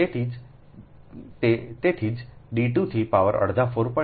તેથી તેથી જ D2 થી પાવર અડધા 4